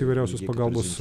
įvairiausios pagalbos